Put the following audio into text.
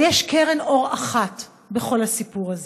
אבל יש קרן אור אחת בכל הסיפור הזה,